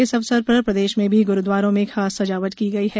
इस अवसर पर प्रदेश में भी गुरुद्वारों में खास सजावट की गई है